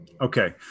Okay